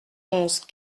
onze